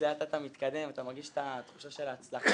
לאט לאט אתה מתקדם ואתה מרגיש את התחושה של ההצלחה.